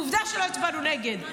עובדה שלא הצבענו נגד,